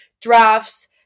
drafts